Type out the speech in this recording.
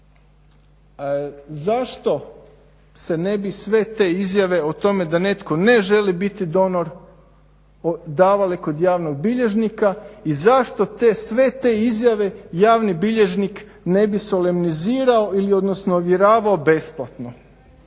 Zašto se ne bi sve te izjave o tome da netko ne želi biti donor davale kod javnog bilježnika i zašto te sve, sve te izjave javni bilježnik ne bi polemizirao ili odnosno ovjeravao besplatno.